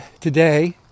today